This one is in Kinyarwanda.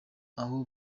aho